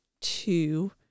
two